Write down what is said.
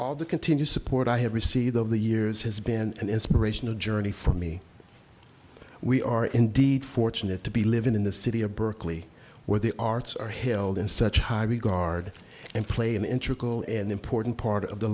all the continued support i have received over the years has been an inspirational journey for me we are indeed fortunate to be living in the city of berkeley where the arts are held in such high regard and play and intercooler an important part of the